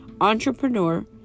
entrepreneur